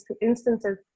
instances